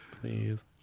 Please